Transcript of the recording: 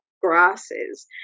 grasses